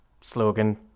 slogan